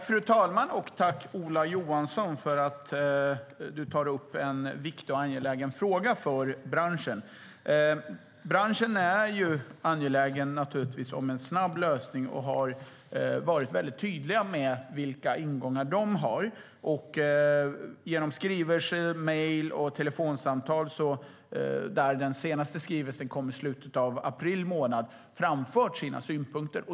Fru talman! Tack, Ola Johansson, för att du tar upp en viktig och angelägen fråga för branschen! Branschen är naturligtvis angelägen om en snabb lösning och har varit mycket tydlig med vilka ingångar som de har. Genom skrivelser, mejl och telefonsamtal, där den senaste skrivelsen kom i slutet av april månad, har de framfört sina synpunkter.